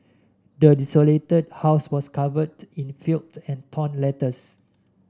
the desolated house was covered in filth and torn letters